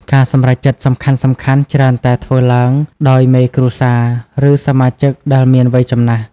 ការសម្រេចចិត្តសំខាន់ៗច្រើនតែធ្វើឡើងដោយមេគ្រួសារ ឬសមាជិកដែលមានវ័យចំណាស់។